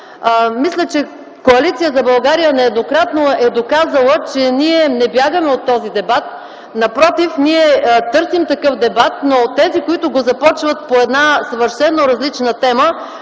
мисля, че Коалиция за България нееднократно е доказала, че ние не бягаме от този дебат. Напротив, ние търсим такъв дебат, но тези, които го започват по една съвършено различна тема,